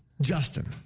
Justin